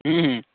हूँ